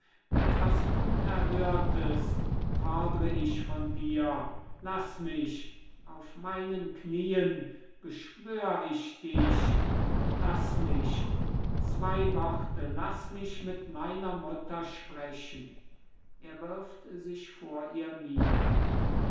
etwas unerhörtes fordr ich von dir laß mich auf meinen knien beschwör ich dich laß mich zwei worte laß mich mit meiner mutter sprechen er wirft sich vor ihr nieder